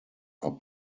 are